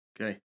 Okay